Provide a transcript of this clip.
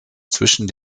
zwischen